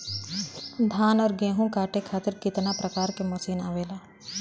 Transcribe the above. धान और गेहूँ कांटे खातीर कितना प्रकार के मशीन आवेला?